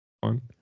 one